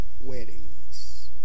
weddings